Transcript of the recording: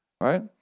right